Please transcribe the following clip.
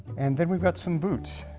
and then we've got some boots.